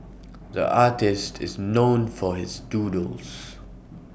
the artist is known for his doodles